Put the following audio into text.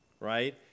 right